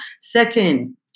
Second